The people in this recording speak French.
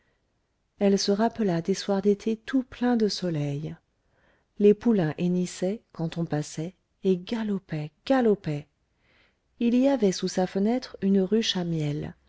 elle se rappela des soirs d'été tout pleins de soleil les poulains hennissaient quand on passait et galopaient galopaient il y avait sous sa fenêtre une ruche à miel